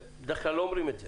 למרות שבדרך כלל לא אומרים את זה,